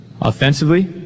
Offensively